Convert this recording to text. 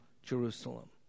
Jerusalem